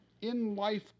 in-life